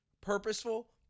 purposeful